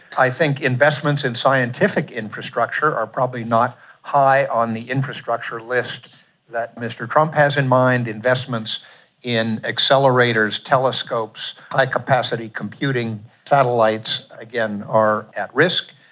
i think investments in scientific infrastructure are probably not high on the infrastructure list that mr trump has in mind. investments in accelerators, telescopes, high-capacity computing, satellites, again are at risk.